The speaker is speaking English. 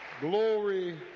Glory